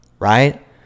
Right